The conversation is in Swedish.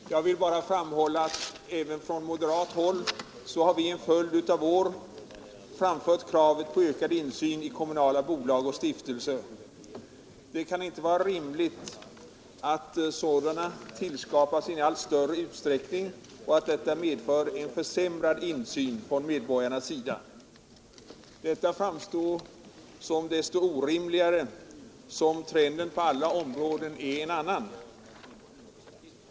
Herr talman! Även jag skall fatta mig kort. Jag vill bara framhålla att även från moderat håll har vi en följd av år framfört kravet på ökad insyn i kommunala bolag och stiftelser. Det kan inte vara rimligt att sådana skapas i allt större utsträckning och att detta medför en försämrad insyn från medborgarnas sida. Det framstår som desto orimligare som trenden på alla områden är en annan.